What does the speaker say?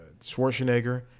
Schwarzenegger